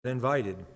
invited